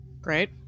Great